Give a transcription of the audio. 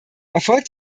erfolgt